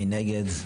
מי נגד?